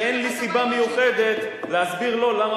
כשאין לי סיבה מיוחדת להסביר לו למה